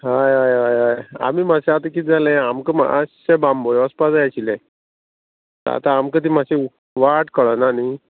हय हय हय हय आमी मातशें आतां किदें जालें आमकां मातशें बांबोळे वचपा जाय आशिल्लें आतां आमकां ती मातशें वाट कळना न्ही